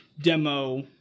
demo